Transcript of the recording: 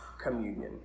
communion